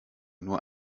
nur